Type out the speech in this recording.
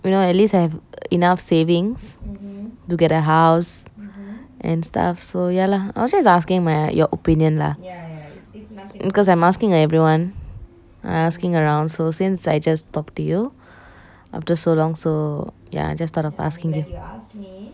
you know at least have enough savings to get a house and stuff so ya lah I was just asking my your opinion lah because I'm asking everyone I asking around so since I just talk to you after so long so ya I just thought of asking you